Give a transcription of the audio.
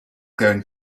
going